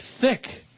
thick